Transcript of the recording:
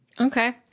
Okay